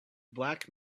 black